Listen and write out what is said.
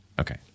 Okay